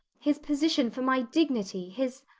his position for my dignity, his